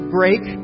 break